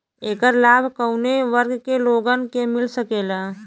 ऐकर लाभ काउने वर्ग के लोगन के मिल सकेला?